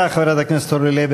במו-ידי.